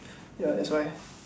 ya that's why